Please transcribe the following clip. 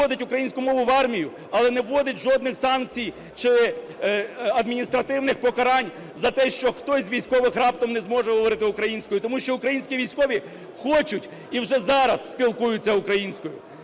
вводить українську мову в армію, але не вводить жодних санкцій чи адміністративних покарань за те, що хтось з військових раптом не зможе говорити українською. Тому що українські військові хочуть і вже зараз спілкуються українською.